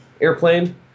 airplane